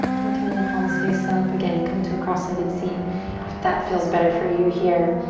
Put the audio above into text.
can turn the palms face up. again, come to a cross-legged seat if that feels better for you here.